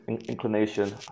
inclination